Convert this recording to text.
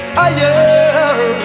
higher